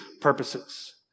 purposes